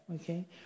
okay